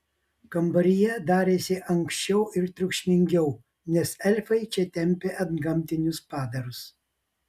kambaryje darėsi ankščiau ir triukšmingiau nes elfai čia tempė antgamtinius padarus